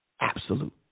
Absolute